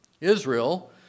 Israel